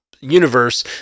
universe